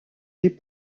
les